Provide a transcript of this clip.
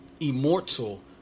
immortal